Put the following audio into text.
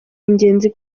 ingenzi